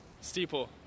Steeple